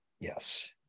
Yes